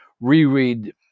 reread